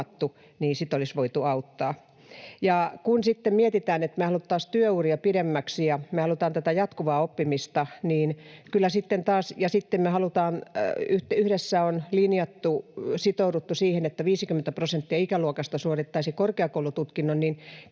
häntä olisi voitu auttaa. Kun sitten mietitään, että me haluttaisiin työuria pidemmäksi ja me halutaan tätä jatkuvaa oppimista ja sitten me yhdessä on sitouduttu siihen, että 50 prosenttia ikäluokasta suorittaisi korkeakoulututkinnon, niin